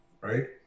right